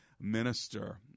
minister